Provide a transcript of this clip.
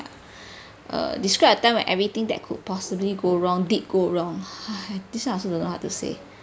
err describe a time when everything that could possibly go wrong did go wrong !hais! this [one] also don't know what to say